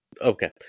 Okay